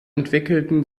entwickelten